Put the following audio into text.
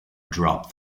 drop